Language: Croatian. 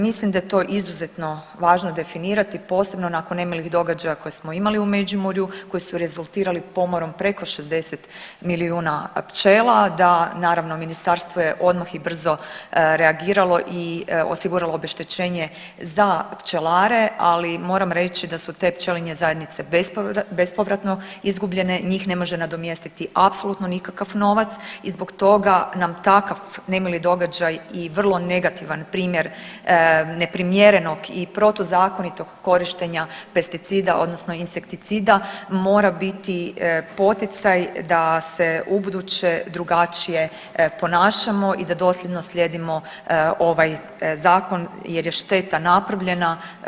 Mislim da je to izuzetno važno definirati posebno nakon nemilih događaja koje smo imali u Međimurju, koji su rezultirali pomorom preko 60 milijuna pčela da naravno ministarstvo je odmah i brzo reagiralo i osiguralo obeštećenje za pčelare, ali moram reći da su te pčelinje zajednice bespovratno izgubljene, njih ne može nadomjestiti apsolutno nikakav novac i zbog toga nam takav nemili događaj i vrlo negativan primjer neprimjerenog i protuzakonitog korištenja pesticida odnosno insekticida mora biti poticaj da se u buduće drugačije ponašamo i da dosljedno slijedimo ovaj zakon jer je šteta napravljena.